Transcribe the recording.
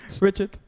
Richard